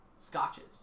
Scotches